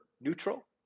neutral